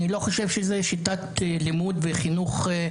אני לא חושב שזו שיטת לימוד וחינוך מתאימה.